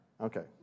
Okay